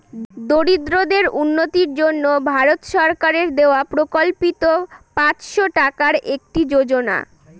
দরিদ্রদের উন্নতির জন্য ভারত সরকারের দেওয়া প্রকল্পিত পাঁচশো টাকার একটি যোজনা